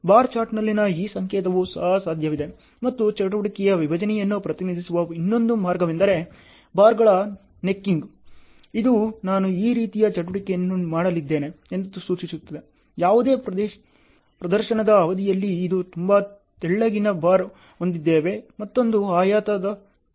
bar ಚಾರ್ಟ್ನಲ್ಲಿನ ಈ ಸಂಕೇತವು ಸಹ ಸಾಧ್ಯವಿದೆ ಮತ್ತು ಚಟುವಟಿಕೆಯ ವಿಭಜನೆಗಳನ್ನು ಪ್ರತಿನಿಧಿಸುವ ಇನ್ನೊಂದು ಮಾರ್ಗವೆಂದರೆ ಬಾರ್ಗಳ ನೆಕ್ಕಿನ್ಗ್ ಇದು ನಾನು ಈ ರೀತಿಯ ಚಟುವಟಿಕೆಯನ್ನು ಮಾಡಲಿದ್ದೇನೆ ಎಂದು ಸೂಚಿಸುತ್ತದೆ ಯಾವುದೇ ಪ್ರದರ್ಶನದ ಅವಧಿಯಲ್ಲಿ ಇದು ತುಂಬಾ ತೆಳ್ಳಗಿನ ಬಾರ್ ಹೊಂದಿದ್ದೇವೆ ಮತ್ತೊಂದು ಆಯತದ ತುಂಡು